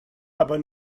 aber